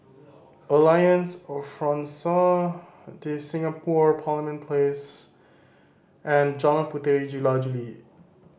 Alliance Francaise De Singapour Parliament Place and Jalan Puteri Jula Juli